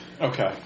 Okay